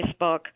Facebook